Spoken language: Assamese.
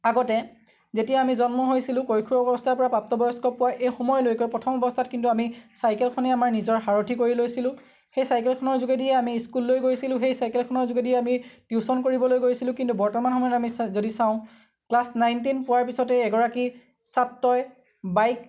আগতে যেতিয়া আমি জন্ম হৈছিলোঁ কৈশোৰ অৱস্থাৰ পৰা প্ৰাপ্তবয়স্ক পোৱা এই সময়লৈকে প্ৰথম অৱস্থাত কিন্তু আমি চাইকেলখনেই আমি নিজৰ সাৰথি কৰি লৈছিলোঁ সেই চাইকেলখনৰ যোগেদিয়ে আমি স্কুললে গৈছিলোঁ সেই চাইকেলখনৰ যোগেদি আমি টিউচন কৰিবলৈ গৈছিলোঁ কিন্তু বৰ্তমান সময়ত আমি যদি চাওঁ ক্লাছ নাইন টেন পোৱাৰ পিছতে এগৰাকী ছাত্ৰই বাইক